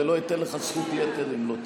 ולא אתן לך זכות יתר אם לא תגיע.